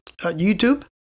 YouTube